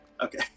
Okay